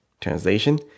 Translation